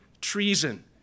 treason